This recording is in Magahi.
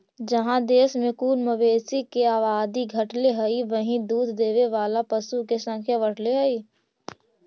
जहाँ देश में कुल मवेशी के आबादी घटले हइ, वहीं दूध देवे वाला पशु के संख्या बढ़ले हइ